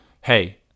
hey